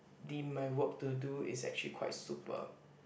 deem my work to do is actually quite super